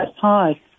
Hi